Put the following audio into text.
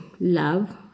love